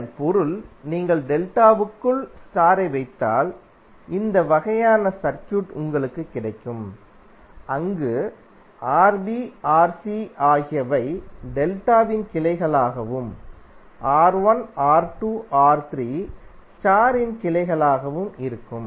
இதன் பொருள் நீங்கள் டெல்டாவுக்குள் ஸ்டார் ஐ வைத்தால் இந்த வகையான சர்க்யூட் உங்களுக்கு கிடைக்கும் அங்கு RbRc ஆகியவை டெல்டா வின் கிளைகளாகவும் R1 R2R3 ஸ்டார் ன் கிளைகளாகவும் இருக்கும்